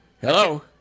Hello